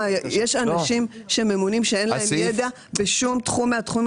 יש אנשים שממונים שאין להם ידע בשום תחום מהתחום?